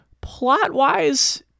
Plot-wise